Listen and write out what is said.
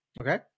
Okay